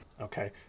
Okay